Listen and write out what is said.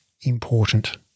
important